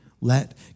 let